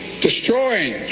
destroying